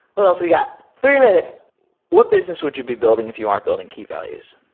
what else we got? three minutes what business would you be building if you aren't building key values?